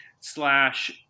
slash